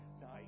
night